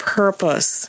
purpose